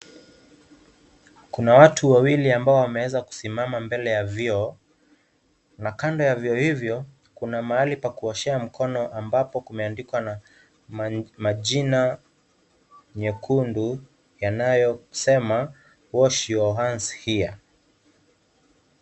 Kuna watu wawili ambao wameweza kusimama mbele ya vioo na kando ya vioo hivyo kuna mahali pa kuoshea mkono ambapo kumeandikwa na majina nyekundu yanayosema wash your hands here .